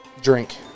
Drink